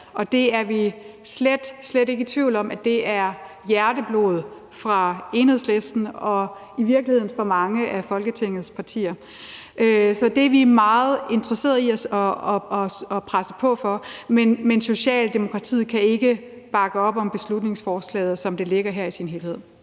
og det er vi slet, slet ikke i tvivl om er hjerteblod for Enhedslisten og i virkeligheden mange af Folketingets partier. Så det er vi meget interesserede i at presse på for. Men Socialdemokratiet kan ikke bakke op om beslutningsforslaget, som det ligger her i sin helhed.